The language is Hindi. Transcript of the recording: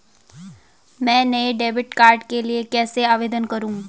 मैं नए डेबिट कार्ड के लिए कैसे आवेदन करूं?